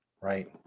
right